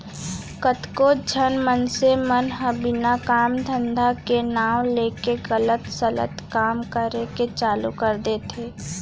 कतको झन मनसे मन ह बिना काम धंधा के नांव लेके गलत सलत काम करे के चालू कर देथे